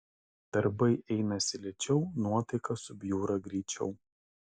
darbai einasi lėčiau nuotaika subjūra greičiau